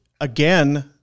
again